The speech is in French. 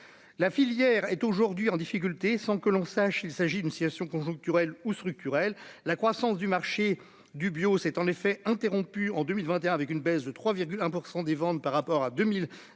la filière est aujourd'hui en difficulté, sans que l'on sache, il s'agit d'une situation conjoncturelle ou structurelle, la croissance du marché du bio, c'est en effet interrompu en 2021, avec une baisse de 3,1 % des ventes par rapport à 2020,